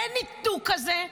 אין ניתוק כזה,